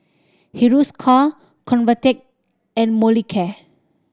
Hiruscar Convatec and Molicare